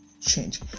change